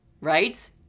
right